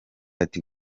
ati